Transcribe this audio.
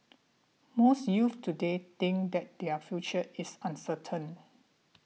most youths today think that their future is uncertain